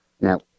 Now